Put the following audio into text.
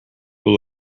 will